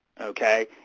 okay